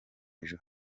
ejo